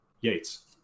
yates